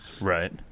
Right